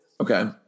okay